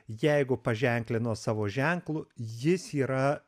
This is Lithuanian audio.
jeigu paženklino savo ženklu jis yra